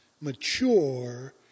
mature